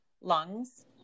lungs